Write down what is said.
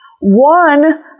One